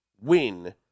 win